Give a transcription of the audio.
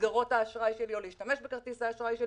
מסגרות האשראי שלי או להשתמש בכרטיס האשראי.